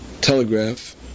telegraph